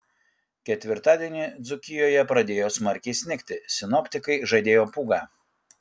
ketvirtadienį dzūkijoje pradėjo smarkiai snigti sinoptikai žadėjo pūgą